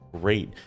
great